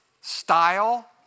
style